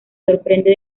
sorprende